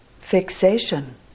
fixation